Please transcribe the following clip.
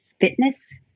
fitness